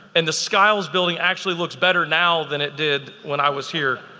and the skiles building actually looks better now than it did when i was here.